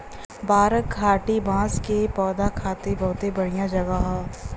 बराक घाटी बांस के पौधा खातिर बहुते बढ़िया जगह हौ